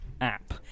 app